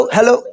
Hello